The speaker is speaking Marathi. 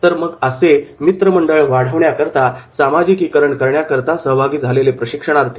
तर असे हे मित्रमंडळ वाढवण्याकरता सामाजिकीकरण करण्याकरिता सहभागी झालेले प्रशिक्षणार्थी